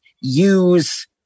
use